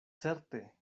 certe